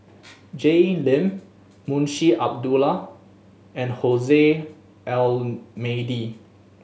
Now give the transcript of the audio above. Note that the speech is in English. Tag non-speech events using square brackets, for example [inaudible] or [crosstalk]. Jay Lim Munshi Abdullah and [unintelligible] Almeida